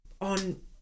on